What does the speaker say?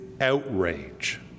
outrage